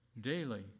daily